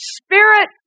spirit